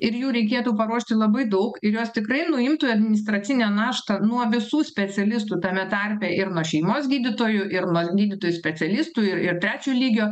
ir jų reikėtų paruošti labai daug ir jos tikrai nuimtų administracinę naštą nuo visų specialistų tame tarpe ir nuo šeimos gydytojų ir gydytojų specialistų ir ir trečio lygio